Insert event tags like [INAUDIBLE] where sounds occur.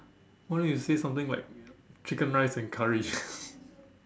why don't you say something like chicken rice and curry [BREATH]